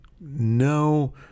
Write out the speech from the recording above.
No